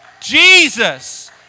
Jesus